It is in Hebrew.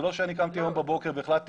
זה לא שאני קמתי היום בבוקר והחלטתי